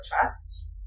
trust